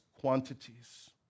quantities